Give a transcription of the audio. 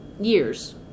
years